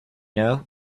know